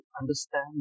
understand